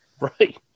Right